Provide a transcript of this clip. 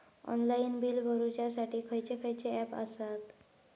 Online bill भरुच्यासाठी खयचे खयचे ऍप आसत?